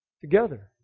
together